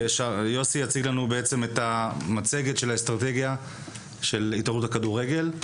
שיציג לנו מצגת על האסטרטגיה של התאחדות הכדורגל.